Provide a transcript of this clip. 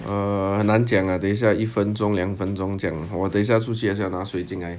uh 很难讲 lah 等一下一分钟两分钟讲我等一下出去也是要拿水进来